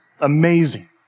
amazing